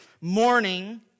morning